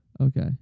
Okay